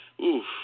Oof